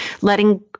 letting